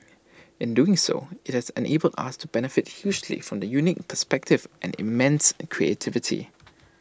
in doing so IT has enabled us to benefit hugely from the unique perspectives and immense creativity